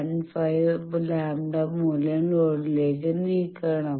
15 λ മൂല്യം ലോഡിലേക്ക് നീങ്ങണം